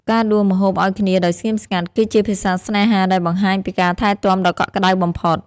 ការដួសម្ហូបឱ្យគ្នាដោយស្ងៀមស្ងាត់ គឺជាភាសាស្នេហាដែលបង្ហាញពីការថែទាំដ៏កក់ក្ដៅបំផុត។